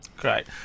Great